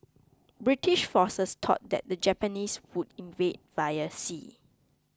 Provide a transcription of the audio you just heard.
British forces thought that the Japanese would invade via sea